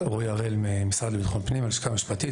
אני מהלשכה המשפטית במשרד לביטחון פנים.